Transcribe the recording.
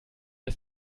ist